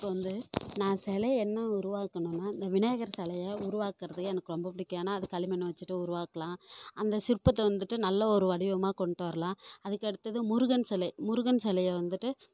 இப்போது வந்து நான் சிலையை என்ன உருவாக்கணும்னால் இந்த விநாயகர் சிலையை உருவாக்குறது எனக்கு ரொம்ப பிடிக்கும் ஏன்னால் அது களிமண்ணை வச்சுட்டு உருவாக்கலாம் அந்த சிற்பத்தை வந்துட்டு நல்ல ஒரு வடிவமாக கொண்டு வரலாம் அதுக்கடுத்தது முருகன் சிலை முருகன் சிலைய வந்துட்டு